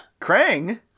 Krang